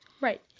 Right